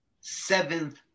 seventh